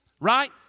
right